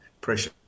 Pressure